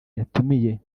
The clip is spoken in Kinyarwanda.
yatumiye